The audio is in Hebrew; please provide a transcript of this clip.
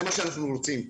זה מה שאנחנו רוצים.